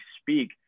speak